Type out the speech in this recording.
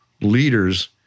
leaders